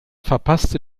verpasste